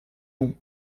nom